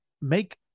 make